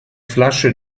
flasche